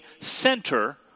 center